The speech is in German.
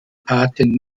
taten